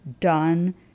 done